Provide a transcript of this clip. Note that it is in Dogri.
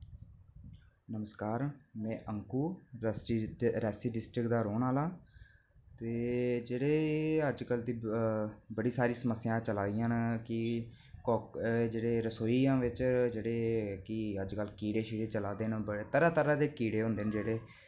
नमस्कार में अंकु रियासी डिस्ट्रिक्ट दा रौह्ने आह्ला ते जेह्ड़े एह् अज्जकल दी बड़ी सारी समस्या चला दियां न की जेह्ड़े रसोइयां बिच जेह्ड़े कि अज्जकल कीड़े चला दे न तरहां तरहां दे कीड़े होंदे न जेह्ड़े